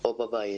או בבית.